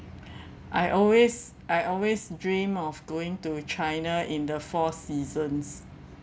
I always I always dream of going to china in the four seasons